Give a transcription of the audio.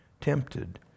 tempted